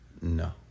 No